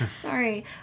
Sorry